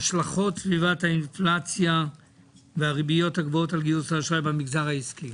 השלכות סביבת האינפלציה והריביות הגבוהות על גיוס האשראי במגזר העסקי